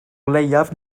leiaf